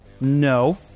No